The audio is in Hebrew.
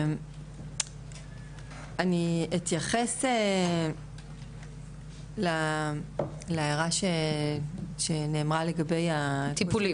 אני אתייחס להערה שנאמרה --- לגבי הטיפולים,